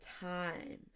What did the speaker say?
time